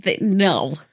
No